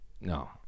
No